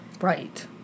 right